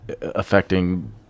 affecting